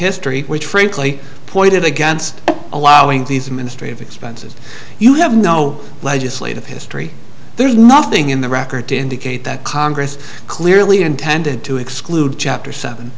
history which frankly pointed against allowing these ministry of expenses you have no legislative history there's nothing in the record to indicate that congress clearly intended to exclude chapter seven